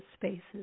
spaces